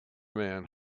man